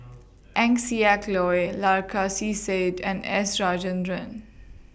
Eng Siak Loy Said and S Rajendran